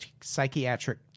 psychiatric